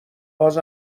باز